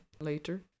later